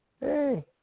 hey